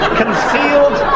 concealed